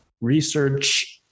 research